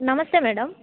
నమస్తే మేడమ్